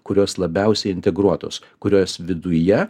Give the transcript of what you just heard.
kurios labiausiai integruotos kurios viduje